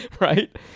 Right